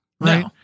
right